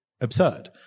absurd